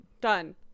Done